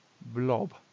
blob